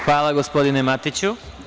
Hvala, gospodine Matiću.